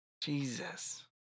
Jesus